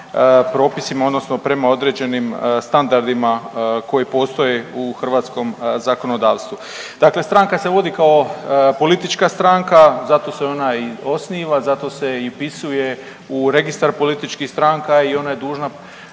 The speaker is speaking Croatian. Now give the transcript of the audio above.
propisima odnosno prema određenim standardima koji postoje u hrvatskom zakonodavstvu. Dakle, stranka se vodi kao politička stranka, zato se ona i osniva, zato se i upisuje u Registar političkih stranka i ona dužna